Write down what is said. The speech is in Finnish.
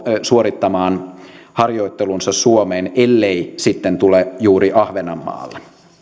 suorittamaan harjoittelunsa suomeen ellei sitten tule juuri ahvenanmaalle